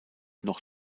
noch